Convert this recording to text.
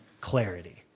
clarity